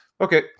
okay